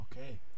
okay